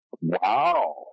Wow